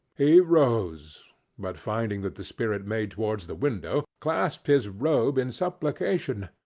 he rose but finding that the spirit made towards the window, clasped his robe in supplication.